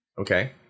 okay